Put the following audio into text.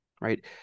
right